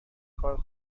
کار